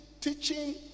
teaching